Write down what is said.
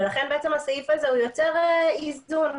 לכן הסעיף הזה יוצר איזון.